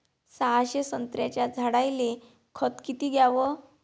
सहाशे संत्र्याच्या झाडायले खत किती घ्याव?